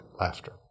laughter